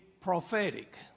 prophetic